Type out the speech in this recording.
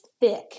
thick